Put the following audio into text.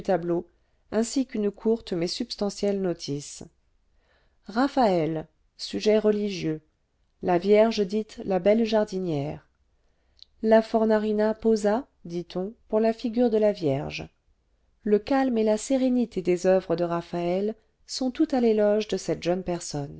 tableau ainsi qu'une courte mais substantielle notice raphaël sujet religieux la vierge dite la belle jardinière la fornarina posa dit-on pour la figure de la vierge le calme et la sérénité des oeuvres de raphaël sont tout à l'éloge de cette jeune personne